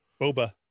boba